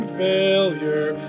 failure